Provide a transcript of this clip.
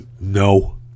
no